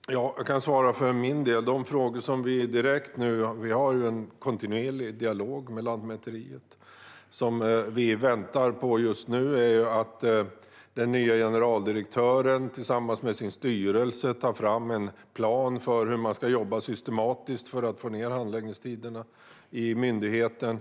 Fru talman! Jag kan svara för min del att vi har en kontinuerlig dialog med Lantmäteriet. Just nu väntar vi på att den nya generaldirektören tillsammans med sin styrelse tar fram en plan för hur man ska jobba systematiskt för att få ned handläggningstiderna hos myndigheten.